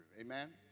Amen